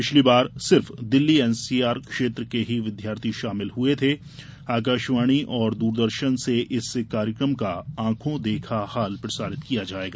पिछली बार सिर्फ दिल्ली एनसीआर क्षेत्र के ही विद्यार्थी शामिल हुए थे आकाशवाणी और दूरदर्शन से इस कार्यक्रम का आंखो देखा हाल प्रसारित किया जाएगा